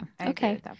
Okay